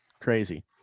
crazy